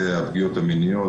הפגיעות המיניות.